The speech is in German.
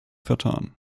vertan